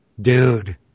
Dude